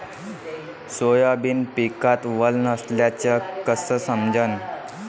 Soybean पिकात वल नसल्याचं कस समजन?